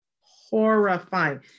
Horrifying